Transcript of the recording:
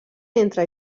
entre